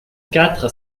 quatre